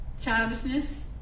childishness